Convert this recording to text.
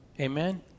Amen